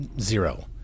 zero